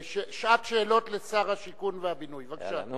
שעת שאלות לשר השיכון והבינוי, בבקשה.